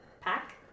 Pack